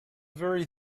very